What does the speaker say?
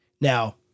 Now